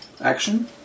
action